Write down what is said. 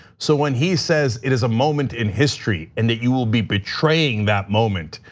so, when he says it is a moment in history, and that you will be betraying that moment,